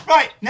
Right